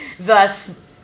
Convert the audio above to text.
Thus